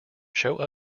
show